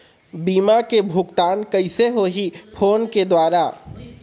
बीमा के भुगतान कइसे होही फ़ोन के द्वारा?